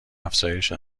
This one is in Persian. افزایش